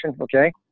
okay